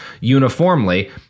uniformly